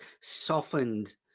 softened